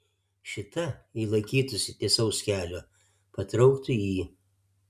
šita jei laikytųsi tiesaus kelio patrauktų į